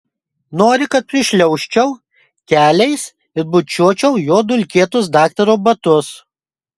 nori kad prišliaužčiau keliais ir bučiuočiau jo dulkėtus daktaro batus